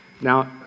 Now